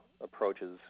approaches